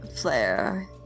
flare